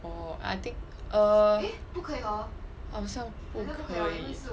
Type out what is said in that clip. oh I think err 好像不可以